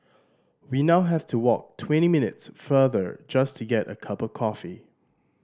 we now have to walk twenty minutes farther just to get a cup of coffee